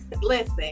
Listen